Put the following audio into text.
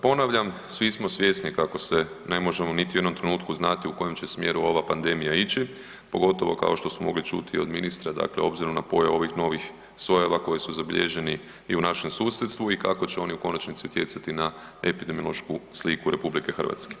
Ponavljam, svi smo svjesni kako se ne možemo niti u jednom trenutku znati u kojem će smjeru ova pandemija ići, pogotovo kao što smo mogli čuti od ministra, dakle obzirom na pojavu ovih novih sojeva koji su zabilježeni i u našem susjedstvu i kako će oni u konačnici utjecati na epidemiološku sliku RH.